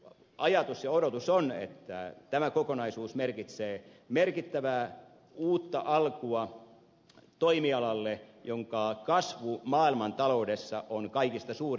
ajatus ja odotus on että tämä kokonaisuus merkitsee merkit tävää uutta alkua toimialalle jonka kasvu maailmantaloudessa on kaikista suurin